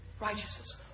Righteousness